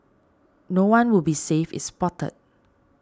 no one will be safe is spotted